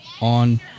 on